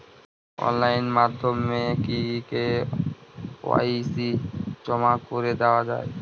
Online মাধ্যমে কি KYC জমা করে দেওয়া য়ায়?